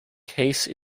case